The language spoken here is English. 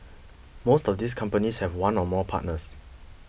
most of these companies have one or more partners